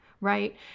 right